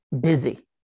busy